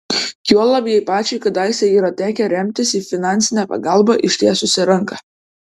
juolab jai pačiai kadaise yra tekę remtis į finansinę pagalbą ištiesusią ranką